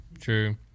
true